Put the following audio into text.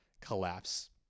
collapse